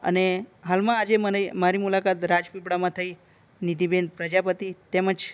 અને હાલમાં આજે મને મારી મુલાકાત રાજપીપળામાં થઈ નિધિબેન પ્રજાપતિ તેમજ